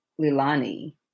Lilani